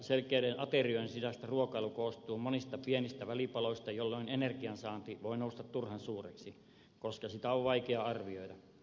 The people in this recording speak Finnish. selkeiden aterioiden sijasta ruokailu koostuu monista pienistä välipaloista jolloin energiansaanti voi nousta turhan suureksi koska sitä on vaikea arvioida